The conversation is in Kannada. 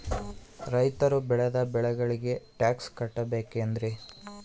ರೈತರು ಬೆಳೆದ ಬೆಳೆಗೆ ಟ್ಯಾಕ್ಸ್ ಕಟ್ಟಬೇಕೆನ್ರಿ?